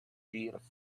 gears